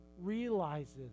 realizes